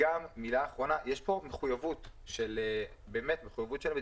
יש כאן מחויבות של המדינה,